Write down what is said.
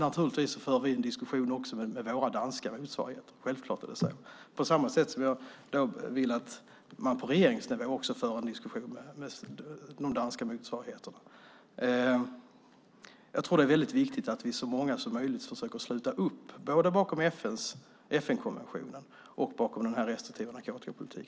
Naturligtvis för också vi en diskussion med vår danska motsvarighet. Självklart är det så, på samma sätt som jag vill att man även på regeringsnivå för en diskussion med sina danska motsvarigheter. Jag tror att det är viktigt att vi, så många som möjligt, försöker sluta upp bakom både FN-konventionen och denna restriktiva narkotikapolitik.